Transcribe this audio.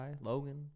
Logan